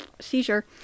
seizure